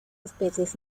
especies